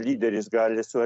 lyderis gali su